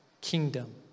kingdom